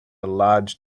large